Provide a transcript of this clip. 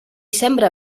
sembra